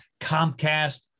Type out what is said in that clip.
Comcast